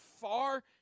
far